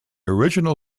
original